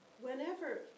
Whenever